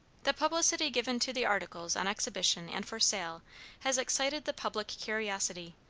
the publicity given to the articles on exhibition and for sale has excited the public curiosity,